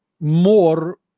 more